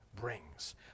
brings